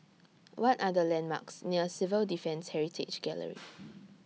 What Are The landmarks near Civil Defence Heritage Gallery